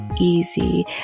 easy